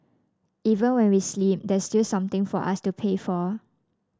even when we sleep there's still something for us to pay for